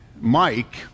Mike